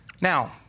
now